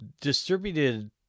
Distributed